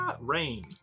Rain